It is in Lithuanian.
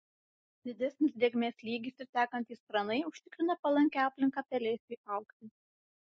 didesnis drėgmės lygis ir tekantys kranai užtikrina palankią aplinką pelėsiui augti